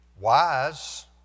wise